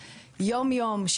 יום-יום,